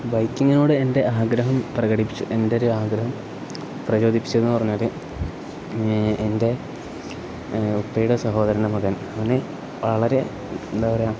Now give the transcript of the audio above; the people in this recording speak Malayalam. ബൈക്കിങ്ങിനോട് എൻ്റെ ആഗ്രഹം പ്രകടിപ്പിച്ച എൻ്റെ ഒരു ആഗ്രഹം പ്രചോദിപ്പിച്ചത് എന്ന് പറഞ്ഞാൽ എൻ്റെ ഉപ്പയുടെ സഹോദരന്റെ മകൻ അവന് വളരെ എന്താ പറയുക